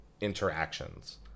interactions